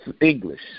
English